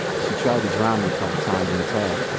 she tried to drown me a couple times in the tub.